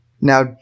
Now